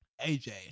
AJ